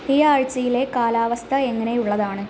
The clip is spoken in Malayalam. ഈ ആഴ്ച്ചയിലെ കാലാവസ്ഥ എങ്ങനെയുള്ളതാണ്